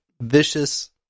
vicious